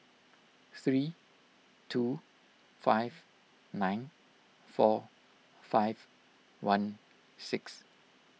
three two five nine four five one six